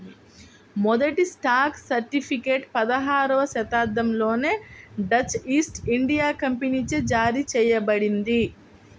మొదటి stock certificate పదహారవ శతాబ్దంలోనే డచ్ ఈస్ట్ ఇండియా కంపెనీచే జారీ చేయబడింది